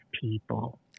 people